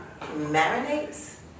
marinates